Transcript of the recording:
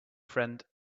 friend